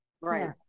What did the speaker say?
right